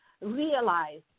realize